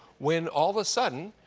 when all of a sudden,